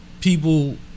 people